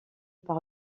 par